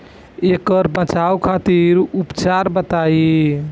ऐकर बचाव खातिर उपचार बताई?